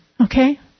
okay